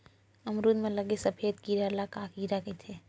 अमरूद म लगे सफेद कीरा ल का कीरा कइथे?